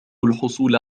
الحصول